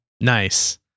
Nice